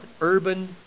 urban